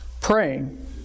praying